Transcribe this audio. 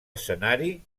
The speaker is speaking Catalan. escenari